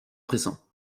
présent